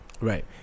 right